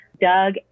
doug